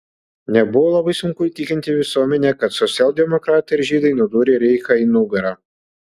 nebuvo labai sunku įtikinti visuomenę kad socialdemokratai ir žydai nudūrė reichą į nugarą